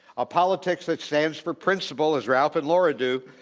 a politics that stands for principle, as ralph and laura do,